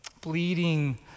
bleeding